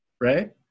right